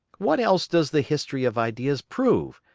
what else does the history of ideas prove,